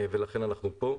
ולכן אנחנו פה.